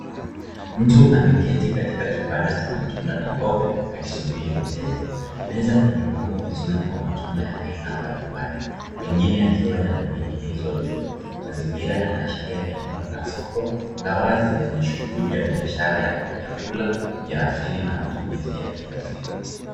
Mtu ameketi katika kibanda cha matunda na mboga akisubiri wateja. Meza imepangwa vizuri kwa matunda ya aina mbalimbali mengine yakiwa yamening'inizwa juu. Mazingira yanaashiria eneo la soko la wazi lenye shuguli ya biashara ya vyakula vya asili na matumizi ya kila siku.